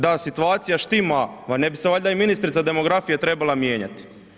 Da situacija štima pa ne bi se valjda i ministrica demografije trebala mijenjati.